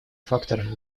фактором